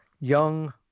young